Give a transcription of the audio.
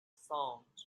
song